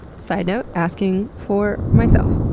sidenote asking for. myself.